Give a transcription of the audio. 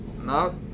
No